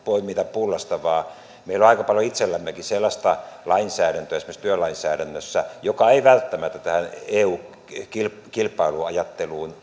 pullasta vaan meillä on aika paljon itsellämmekin sellaista lainsäädäntöä esimerkiksi työlainsäädännössä joka ei välttämättä tämän eun kilpailuajattelun